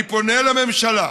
אני פונה לממשלה,